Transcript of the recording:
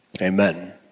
amen